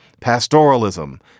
pastoralism